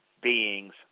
beings